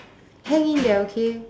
hang in there okay